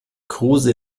kruse